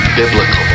biblical